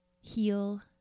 heal